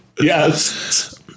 Yes